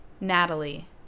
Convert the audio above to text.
Natalie